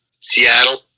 Seattle